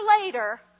later